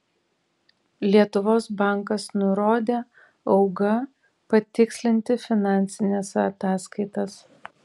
lietuvos bankas nurodė auga patikslinti finansines ataskaitas